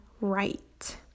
right